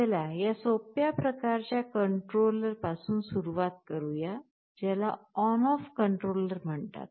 चला या सोप्या प्रकारच्या कंट्रोलर पासून सुरुवात करू ज्याला ऑन ऑफ कंट्रोलर म्हणतात